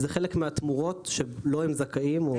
זה חלק מהתמורות שלו הם זכאים.